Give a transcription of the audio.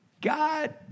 God